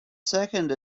second